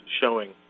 showing